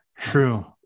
True